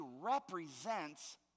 represents